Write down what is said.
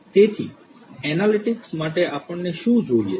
તેથી એનાલિટિક્સ માટે આપણને શું જોઈએ છે